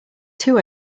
too